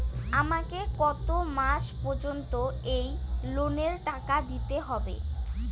আমাকে কত মাস পর্যন্ত এই লোনের টাকা দিতে হবে?